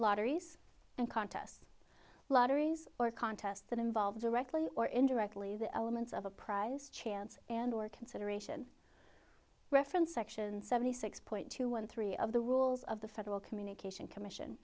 lotteries and contests lotteries or contests that involved directly or indirectly the elements of a prize chance and or consideration reference section seventy six point two one three of the rules of the federal communication commission